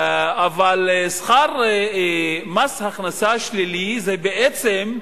אבל מס הכנסה שלילי בעצם,